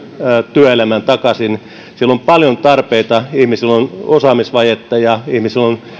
työelämään takaisin siellä on paljon tarpeita ihmisillä on osaamisvajetta ja ihmisillä on